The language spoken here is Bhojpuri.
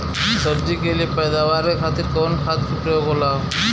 सब्जी के लिए पैदावार के खातिर कवन खाद के प्रयोग होला?